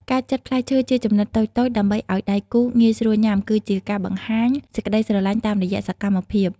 ការចិតផ្លែឈើជាចំណិតតូចៗដើម្បីឱ្យដៃគូងាយស្រួលញ៉ាំ គឺជាការបង្ហាញសេចក្ដីស្រឡាញ់តាមរយៈសកម្មភាព។